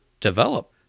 develop